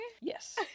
Yes